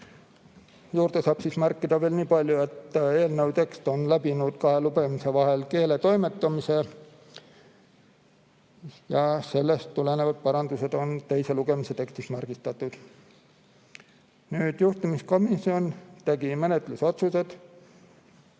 juurde saab märkida veel nii palju, et eelnõu tekst on läbinud kahe lugemise vahel keeletoimetuse ja sellest tulenevad parandused on teise lugemise tekstis märgistatud. Juhtivkomisjon tegi järgmised menetlusotsused.